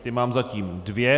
Ty mám zatím dvě.